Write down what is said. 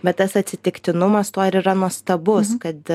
bet tas atsitiktinumas tuo ir yra nuostabus kad